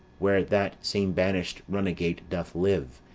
where that same banish'd runagate doth live,